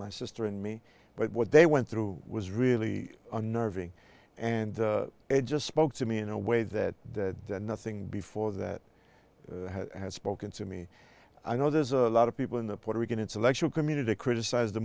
my sister and me but what they went through was really unnerving and it just spoke to me in a way that nothing before that has spoken to me i know there's a lot of people in the puerto rican intellectual community criticize the